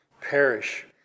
perish